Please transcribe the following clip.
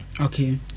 okay